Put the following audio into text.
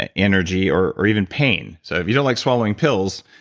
and energy or or even pain. so if you don't like swallowing pills,